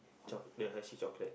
choc~ the Hershey's chocolate